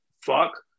fuck